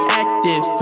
active